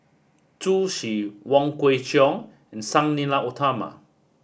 Zhu Xu Wong Kwei Cheong and Sang Nila Utama